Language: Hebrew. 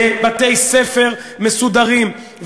בבתי-ספר מסודרים,